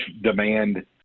demand